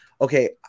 okay